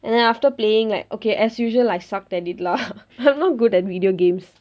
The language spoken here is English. and then after playing like okay as usual I sucked at it lah I'm not good at video games